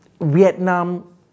Vietnam